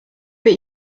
but